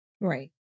Right